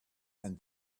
and